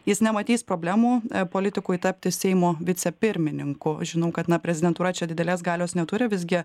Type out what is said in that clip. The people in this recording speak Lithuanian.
jis nematys problemų politikui tapti seimo vicepirmininku žinau kad na prezidentūra čia didelės galios neturi visgi